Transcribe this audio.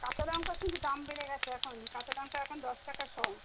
কাঁচা লঙ্কার কিন্তু দাম বেড়ে গেছে এখন কাঁচা লঙ্কা এখন দশ টাকা শ